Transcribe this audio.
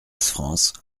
france